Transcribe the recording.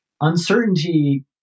uncertainty